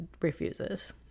refuses